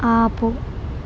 ఆపు